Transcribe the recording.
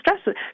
stress